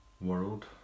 World